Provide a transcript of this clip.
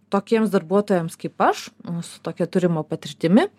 tokiems darbuotojams kaip aš su tokia turima patirtimi